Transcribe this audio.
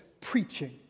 preaching